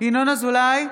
ינון אזולאי,